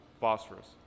phosphorus